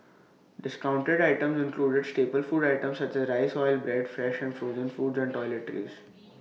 discounted items included staple food items such as rice oil bread fresh and frozen foods and toiletries